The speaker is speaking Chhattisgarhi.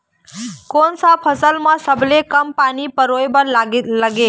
कोन सा फसल मा सबले कम पानी परोए बर लगेल?